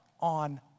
on